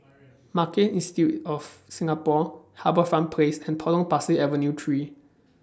Marketing Institute of Singapore HarbourFront Place and Potong Pasir Avenue three